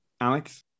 Alex